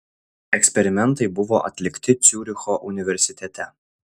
eksperimentai buvo atlikti ciuricho universitete